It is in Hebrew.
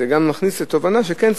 זה גם מכניס לתובנה שכן,